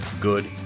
good